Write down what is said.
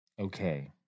Okay